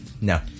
No